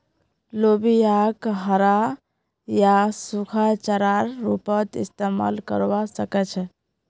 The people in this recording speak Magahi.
लोबियाक हरा या सूखा चारार रूपत इस्तमाल करवा सके छे